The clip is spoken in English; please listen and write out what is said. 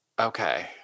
okay